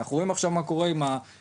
אנחנו רואים עכשיו מה קורה עם האירועים